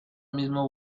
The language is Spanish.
mismo